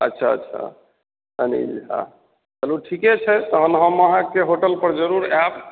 अच्छा अच्छा अनिल झा चलु ठीके छै तहन हम अहाँके होटल पर जरूर आयब